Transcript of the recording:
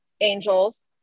angels